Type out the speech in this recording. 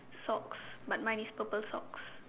socks but mine is purple socks